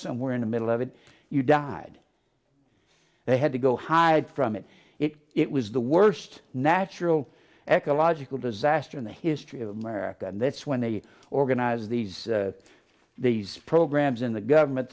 somewhere in the middle of it you died they had to go hide from it it was the worst natural ecological disaster in the history of america and that's when they organize these these programs in the government